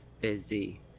busy